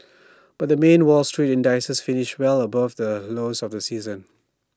but the main wall street indices finished well above the lows of the season